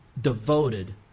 devoted